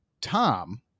Tom